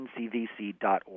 ncvc.org